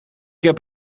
heb